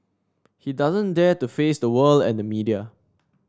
he doesn't dare to face the world and the media